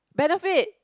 benefit